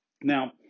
Now